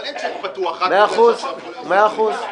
אבל אין צ'ק פתוח רק בגלל שעושים עכשיו --- מאה אחוז.